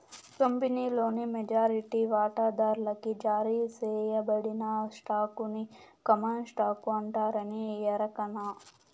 కంపినీలోని మెజారిటీ వాటాదార్లకి జారీ సేయబడిన స్టాకుని కామన్ స్టాకు అంటారని ఎరకనా